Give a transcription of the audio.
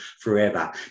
forever